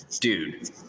Dude